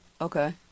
okay